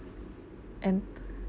and